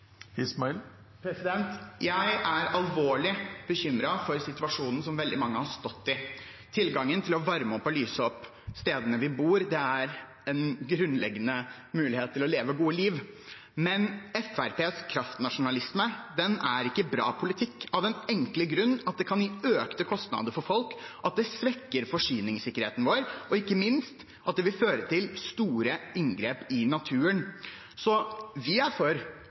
Jeg er alvorlig bekymret for situasjonen som veldig mange har stått i. Tilgangen til å varme opp og lyse opp stedene der vi bor, er grunnleggende for å leve et godt liv. Men Fremskrittspartiets kraftnasjonalisme er ikke bra politikk, av den enkle grunn at det kan gi økte kostnader for folk, at det svekker forsyningssikkerheten vår, og ikke minst at det vil føre til store inngrep i naturen. Vi er for å øke elavgiften, men vi er også for